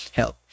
help